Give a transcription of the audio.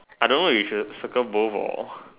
I don't know if you should circle both or